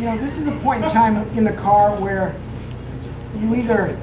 this is a point in time in the car where you either